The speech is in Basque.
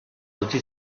utzi